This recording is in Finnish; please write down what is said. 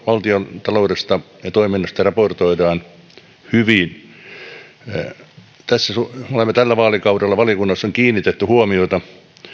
valtion taloudesta ja toiminnasta raportoidaan hyvin olemme tällä vaalikaudella valiokunnassa kiinnittäneet huomiota